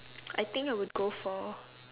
I think I would go for